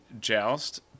Joust